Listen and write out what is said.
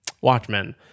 Watchmen